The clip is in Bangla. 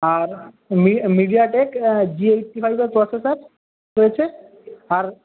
আর মিডিয়াটেক জি এইটটি ফাইভের প্রসেসর রয়েছে আর